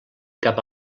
cap